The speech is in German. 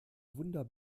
wunder